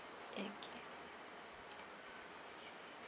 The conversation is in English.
okay